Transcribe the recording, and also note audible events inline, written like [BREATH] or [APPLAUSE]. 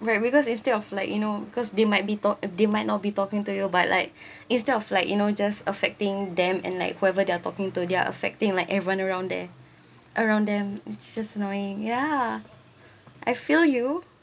right because instead of like you know because they might be talked they might not be talking to you but like [BREATH] instead of like you know just affecting them and like whoever they're talking to they're affecting like everyone around there around them it just annoying ya I feel you